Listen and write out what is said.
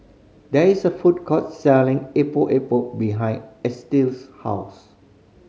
there is a food court selling Epok Epok behind Estill's house